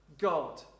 God